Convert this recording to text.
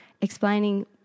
explaining